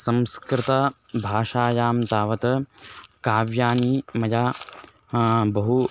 संस्कृतभाषायां तावत् काव्यानि मया बहूनि